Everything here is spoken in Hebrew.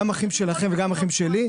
גם אחים שלכם וגם אחים שלי,